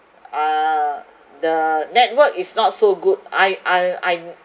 uh the network is not so good I I I